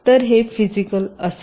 तर हे फिजिकल असेल